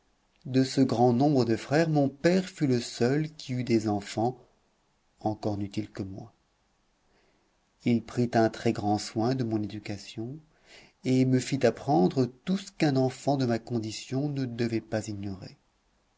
de ce grand nombre de frères mon père fut le seul qui eut des enfants encore n'eut-il que moi il prit un très-grand soin de mon éducation et me fit apprendre tout ce qu'un enfant de ma condition ne devait pas ignorer